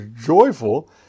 joyful